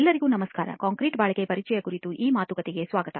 ಎಲ್ಲರಿಗೂ ನಮಸ್ಕಾರ ಕಾಂಕ್ರೀಟ್ ಬಾಳಿಕೆ ಪರಿಚಯದ ಕುರಿತು ಈ ಮಾತುಕತೆಗೆ ಸ್ವಾಗತ